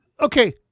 Okay